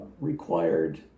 required